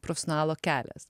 profesionalo kelias